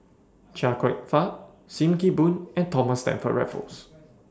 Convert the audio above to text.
Chia Kwek Fah SIM Kee Boon and Thomas Stamford Raffles